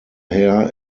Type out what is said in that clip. hair